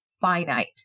finite